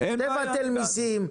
תבטל מסים,